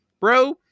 bro